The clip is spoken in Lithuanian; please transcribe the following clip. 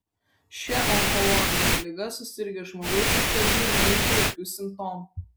šia onkologine liga susirgęs žmogus iš pradžių nejaučia jokių simptomų